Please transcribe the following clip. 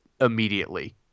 immediately